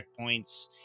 checkpoints